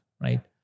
Right